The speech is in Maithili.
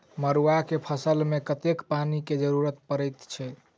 मड़ुआ केँ फसल मे कतेक पानि केँ जरूरत परै छैय?